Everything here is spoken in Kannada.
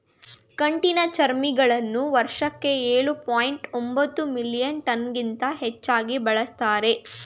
ಕಠಿಣಚರ್ಮಿಗಳನ್ನ ವರ್ಷಕ್ಕೆ ಎಳು ಪಾಯಿಂಟ್ ಒಂಬತ್ತು ಮಿಲಿಯನ್ ಟನ್ಗಿಂತ ಹೆಚ್ಚಾಗಿ ಬೆಳೆಸ್ತಾರೆ